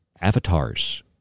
avatars